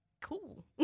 Cool